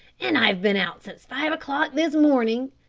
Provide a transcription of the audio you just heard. and i've been out since five o'clock this morning